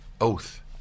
oath